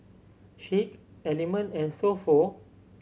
Schick Element and So Pho